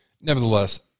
Nevertheless